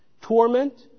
Torment